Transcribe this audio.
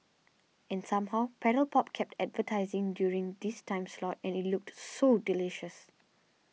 and somehow Paddle Pop kept advertising during this time slot and it looked so delicious